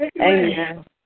Amen